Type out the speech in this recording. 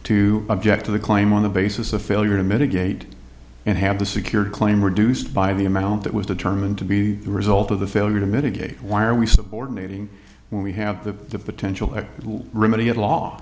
to object to the claim on the basis of failure to mitigate and have the secured claim reduced by the amount that was determined to be the result of the failure to mitigate where we subordinating when we have the potential remedial law